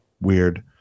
weird